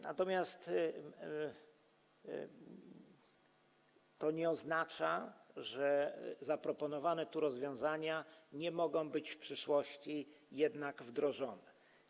Natomiast to nie oznacza, że zaproponowane tu rozwiązania nie mogą być w przyszłości wdrożone.